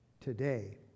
today